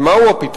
ומה הוא הפתרון?